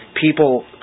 People